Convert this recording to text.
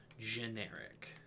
generic